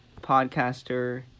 podcaster